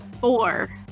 Four